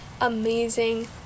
amazing